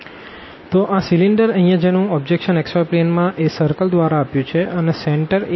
તો આ સીલીન્ડર અહિયાં જેનું ઓબ્જેક્શન xy પ્લેન માં એ સર્કલ દ્વારા આપ્યું છે અને સેન્ટર a20